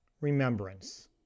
remembrance